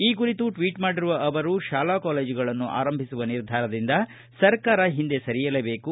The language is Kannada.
ಈ ಕುರಿತು ಟ್ವೀಟ್ ಮಾಡಿರುವ ಅವರು ಶಾಲಾ ಕಾಲೇಜುಗಳನ್ನು ಆರಂಭಿಸುವ ನಿರ್ಧಾರದಿಂದ ಸರ್ಕಾರ ಹಿಂದೆ ಸರಿಯಲೇಬೇಕು